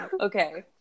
Okay